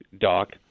doc